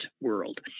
world